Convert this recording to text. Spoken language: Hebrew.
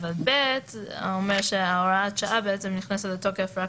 אבל (ב) אומר שהוראת השעה נכנסת לתוקף רק